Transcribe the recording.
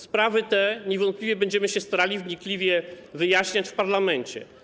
Sprawy te niewątpliwie będziemy się starali wnikliwie wyjaśniać w parlamencie.